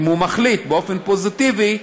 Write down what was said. אם הוא מחליט באופן פוזיטיבי,